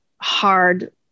hard